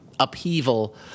upheaval